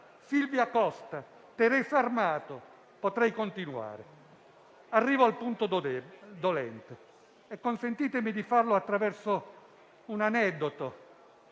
Silvia Costa, Teresa Armato, e potrei continuare. Arrivo al punto dolente, e consentitemi di farlo attraverso un aneddoto